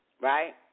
right